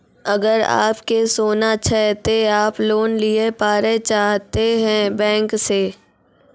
अगर आप के सोना छै ते आप लोन लिए पारे चाहते हैं बैंक से?